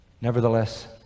Nevertheless